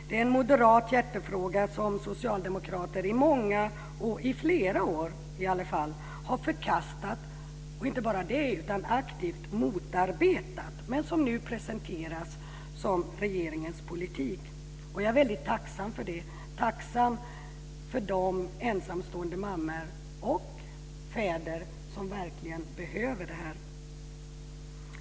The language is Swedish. Det är en moderat hjärtefråga som socialdemokrater i flera år inte bara har förkastat utan aktivt motarbetat, men som nu presenteras som regeringens politik. Jag är väldigt tacksam för det, tacksam för de ensamstående mammors och fäders skull som verkligen behöver det här.